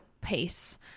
pace